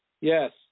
Yes